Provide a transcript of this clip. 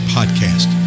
Podcast